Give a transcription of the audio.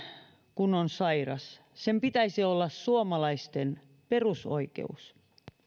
kun on sairas tarpeellisen lääkkeen saamisen pitäisi olla suomalaisten perusoikeus